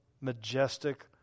majestic